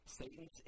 Satan's